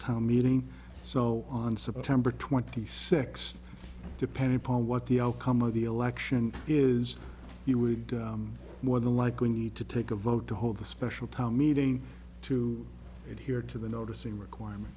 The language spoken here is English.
town meeting so on september twenty sixth depending upon what the outcome of the election is you would more than likely need to take a vote to hold the special town meeting to adhere to the noticing requirement